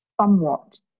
somewhat